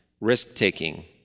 risk-taking